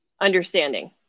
Understanding